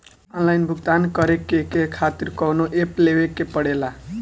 Online भुगतान करके के खातिर कौनो ऐप लेवेके पड़ेला?